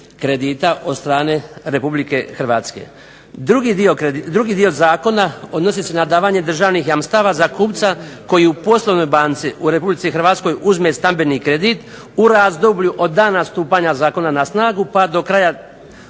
kredita od strane Republike Hrvatske. Drugi dio zakona odnosi se na davanje državnih jamstava za kupca koji u poslovnoj banci u Republici Hrvatskoj uzme stambeni kredit u razdoblju od dana stupanja zakona na snagu, pa do kraja